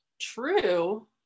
true